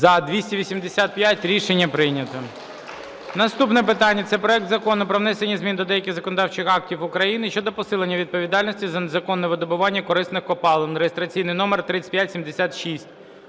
За-285 Рішення прийнято. Наступне питання – це проект Закону про внесення змін до деяких законодавчих актів України щодо посилення відповідальності за незаконне видобування корисних копалин (реєстраційний номер 3576).